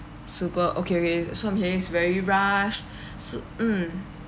super okay okay so I'm hearing is very rushed so mm